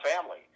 family